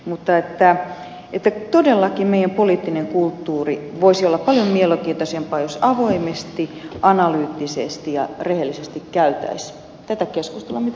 mutta todellakin meidän poliittinen kulttuurimme voisi olla paljon mielenkiintoisempaa jos avoimesti analyyttisesti ja rehellisesti käytäisiin tätä keskustelua mitä esimerkiksi nyt käydään